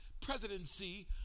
presidency